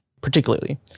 particularly